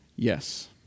Yes